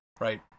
right